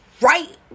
right